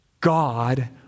God